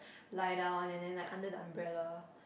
lie down and then like under the umbrella